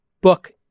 book